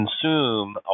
consume